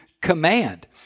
command